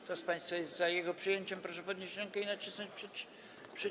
Kto z państwa jest za jego przyjęciem, proszę podnieść rękę i nacisnąć przycisk.